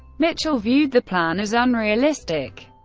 mitchell viewed the plan as unrealistic.